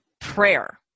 prayer